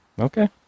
Okay